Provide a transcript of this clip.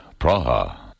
Praha